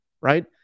Right